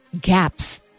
gaps